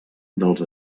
dels